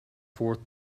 fourth